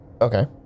Okay